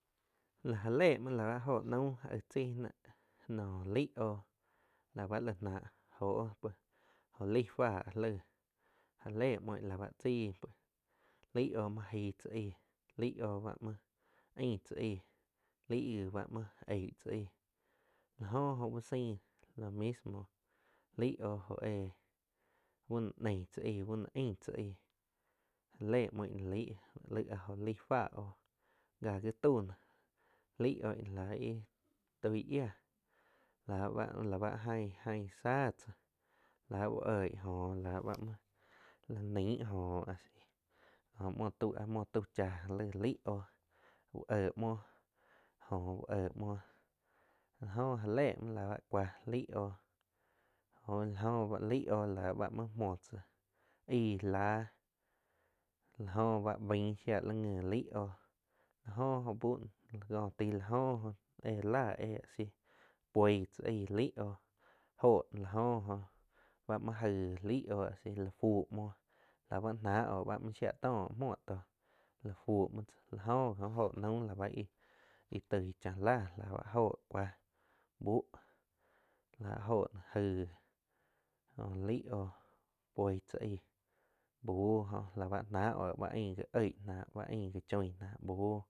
La já le mhuo la báh jo naum aig tzai náh nó laig óh la báh la náh joh jo laig fáh lai ja le muo ih la báh tzaí laig óh muoh aig tzá aig laig óho la ba máh ain tzá aig laig gi ba muo eig tzá aig la jó oh úh saing lo mismo laih óh jo éh bu nóh neig tzá eigh bu no ein tzá eigh já le muoin no lai laig áh jó laig fá óh gá ji tau nóh lai oh in la íh toi yiá la ba, la bá aing-aing tsá cháh la úh oig jó la mhuo la neing jó a si jo muo tau áh muo tau cháh laih óh. Úh eh muo njo úh éh muo laa jo ja le muo la báh cuah laig oh jo ji la jo laig oh la báh muo tzáh aig láh la jo báh bain shiá li nji laig oh la jo óh bú noh jo taig la oh jóh éh láh éh áh sí puo j tzá aig laig oh óho nóh la jóh óh ba muoh aig laig oh ba asi lá fúh muoh la ba oh la ba shiáh tóh muoh tóh la fú muo tzá la jo ji oh óhh naum íh toig cháh láh la bá óah cuáh búh la jóh npoh aigh jo laig oh poih tzá aig buh jo la báh náh oh ba aing jioig náh choin náh buh